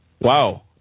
Wow